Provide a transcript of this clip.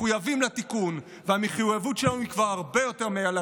אני כבר מסיים.